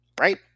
Right